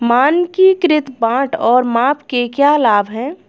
मानकीकृत बाट और माप के क्या लाभ हैं?